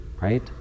right